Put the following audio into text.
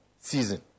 season